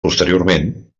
posteriorment